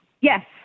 yes